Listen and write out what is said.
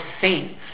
saints